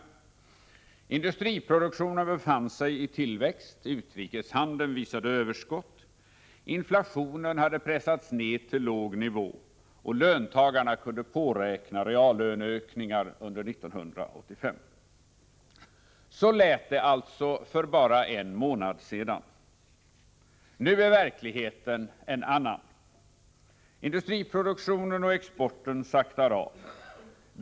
Industriproduktionen befann sig i tillväxt, utrikeshandeln visade överskott, inflationen hade pressats ned till låg nivå och löntagarna kunde påräkna reallöneökningar under 1985. Så lät det alltså för bara en månad sedan. Nu är verkligheten en annan. Industriproduktionen och exporten saktar av.